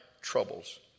troubles